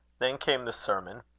then came the sermon.